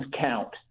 count